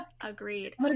agreed